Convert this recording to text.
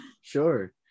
sure